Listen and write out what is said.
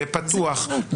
באופן פתוח,